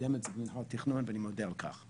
שקידם את זה במינהל התכנון ואני מודה על זה.